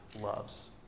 loves